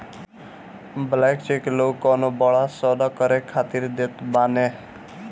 blank cheque लोग कवनो बड़ा सौदा करे खातिर देत बाने